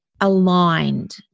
aligned